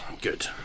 Good